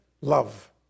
love